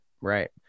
right